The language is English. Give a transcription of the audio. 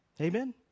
Amen